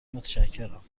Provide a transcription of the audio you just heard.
متشکرم